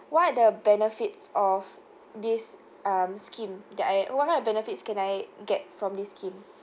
what are the benefits of this um scheme that I what kind of benefits can I get from this scheme